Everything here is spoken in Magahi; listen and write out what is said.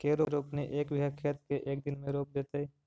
के रोपनी एक बिघा खेत के एक दिन में रोप देतै?